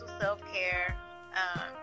self-care